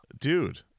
Dude